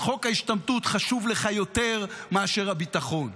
אז חוק ההשתמטות חשוב לך יותר מאשר הביטחון.